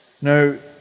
No